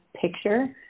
picture